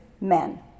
men